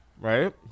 Right